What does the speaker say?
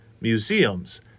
museums